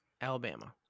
alabama